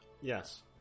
Yes